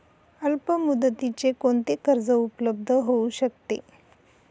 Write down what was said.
अल्पमुदतीचे कोणते कर्ज उपलब्ध होऊ शकते?